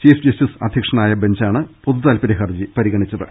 chief justice അധ്യക്ഷനായ ബെഞ്ചാണ് പൊതുതാൽപര്യ ഹർജി പരിഗണിച്ചത്